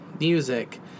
music